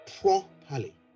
properly